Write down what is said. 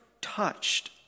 touched